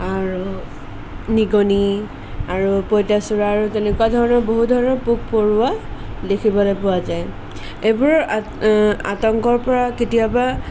আৰু নিগনি আৰু পঁইতাচোৰা আৰু তেনেকুৱা ধৰণৰ বহু ধৰণৰ পোক পৰুৱা দেখিবলৈ পোৱা যায় এইবোৰৰ আ আতংকৰ পৰা কেতিয়াবা